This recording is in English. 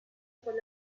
for